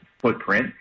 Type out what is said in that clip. footprint